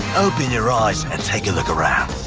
open your eyes and take a look around.